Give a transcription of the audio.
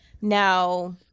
Now